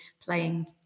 playing